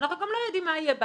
ואנחנו לא יודעים מה יהיה בעתיד.